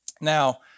Now